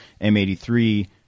M83